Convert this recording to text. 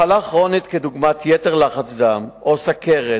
מחלה כרונית דוגמת יתר לחץ דם או סוכרת